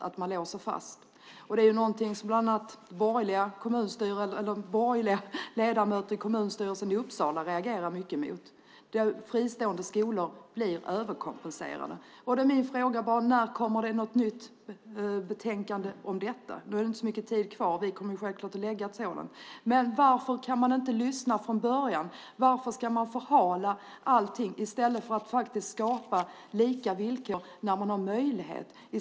Det är något som bland andra borgerliga ledamöter i kommunstyrelsen i Uppsala har reagerat på. Fristående skolor blir överkompenserade. När kommer det ett betänkande om detta? Det är inte så mycket tid kvar, och vi kommer självklart att lägga fram ett sådant. Varför kan man inte lyssna från början? Varför ska man förhala allt i stället för att skapa lika villkor när man har möjlighet?